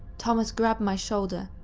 thomas grabbed my shoulder,